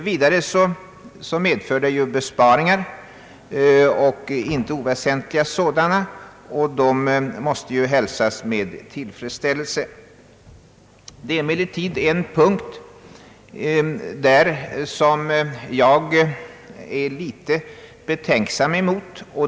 Vidare medför denna metod besparingar, inte oväsentliga sådana, vilket måste hälsas med tillfredsställelse. Det är emellertid en punkt som jag är litet betänksam emot.